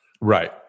Right